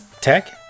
tech